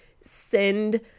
send